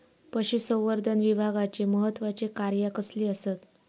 पशुसंवर्धन विभागाची महत्त्वाची कार्या कसली आसत?